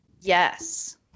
Yes